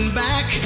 back